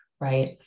right